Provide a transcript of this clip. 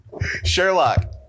sherlock